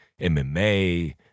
MMA